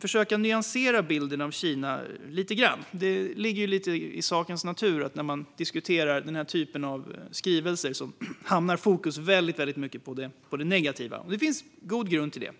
försöka nyansera bilden av Kina lite grann. När man diskuterar den här typen av skrivelser ligger det lite i sakens natur att fokuset lätt hamnar på det negativa. Det finns goda grunder för det.